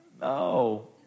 no